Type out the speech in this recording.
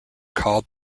called